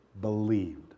believed